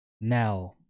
Now